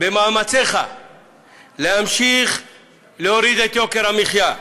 במאמציך להמשיך להוריד את יוקר המחיה,